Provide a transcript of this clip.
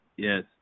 Yes